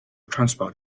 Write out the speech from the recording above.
transport